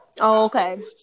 okay